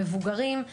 מבוגרים.